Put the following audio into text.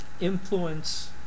influence